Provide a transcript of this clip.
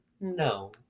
no